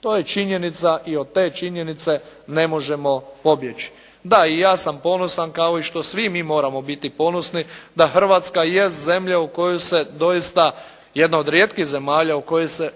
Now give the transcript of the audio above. to je činjenica i od te činjenice ne možemo pobjeći. Da i ja sam ponosan kao što i svi mi moramo biti ponosni da Hrvatska jest zemlja u kojoj se doista jedna od rijetkih zemalja